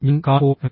ഞാൻ കാൺപൂർ ഐ